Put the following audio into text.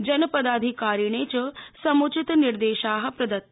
जनपदाधिकारिणे च सम्चितनिर्देशा प्रदत्त